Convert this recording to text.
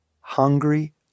hungry